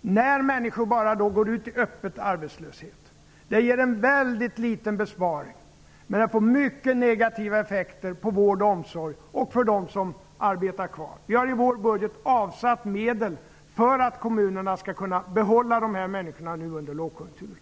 När människor går ut i öppen arbetslöshet får man en mycket liten besparing, men det får mycket negativa effekter på vård och omsorg och för dem som är kvar i arbete. Vi har i vår budget avsatt medel för att kommunerna skall kunna behålla dessa människor nu under lågkonjunkturen.